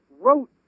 wrote